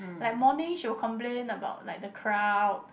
like morning she will complain about like the crowd